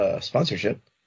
sponsorship